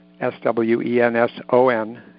s-w-e-n-s-o-n